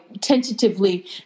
tentatively